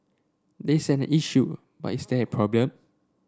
there's an issue but is there a problem